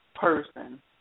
person